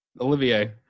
Olivier